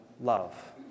love